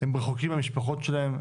הם רחוקים מהמשפחות שלהם,